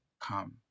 come